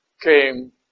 came